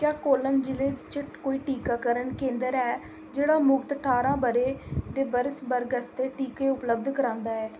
क्या कोल्लम जि'ले च कोई टीकाकरण केंदर ऐ जेह्ड़ा मुख्त ठारां ब'रे दे बरेस वर्ग आस्तै टीके उपलब्ध करांदा ऐ